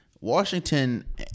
Washington